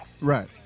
Right